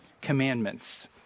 commandments